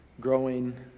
growing